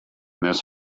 this